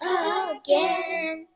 again